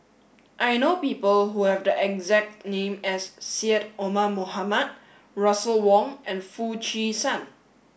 i know people who have the exact name as Syed Omar Mohamed Russel Wong and Foo Chee San